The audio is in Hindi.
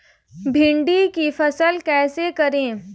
भिंडी की फसल कैसे करें?